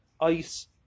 ice